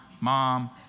mom